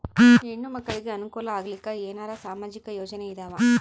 ಹೆಣ್ಣು ಮಕ್ಕಳಿಗೆ ಅನುಕೂಲ ಆಗಲಿಕ್ಕ ಏನರ ಸಾಮಾಜಿಕ ಯೋಜನೆ ಇದಾವ?